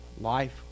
life